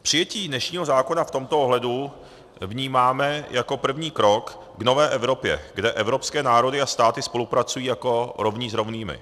Přijetí dnešního zákona v tomto ohledu vnímáme jako první krok k nové Evropě, kde evropské národy a státy spolupracují jako rovní s rovnými.